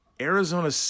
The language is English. Arizona